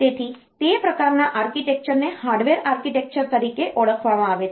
તેથી તે પ્રકારના આર્કિટેક્ચરને હાર્વર્ડ આર્કિટેક્ચર તરીકે ઓળખવામાં આવે છે